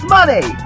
Money